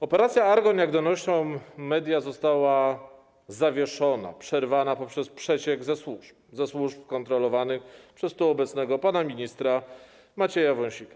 Operacja „Argon”, jak donoszą media, została zawieszona, przerwana z powodu przecieku ze służb, ze służb kontrolowanych przez tu obecnego pana ministra Macieja Wąsika.